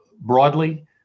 Broadly